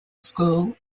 school